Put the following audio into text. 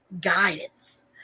guidance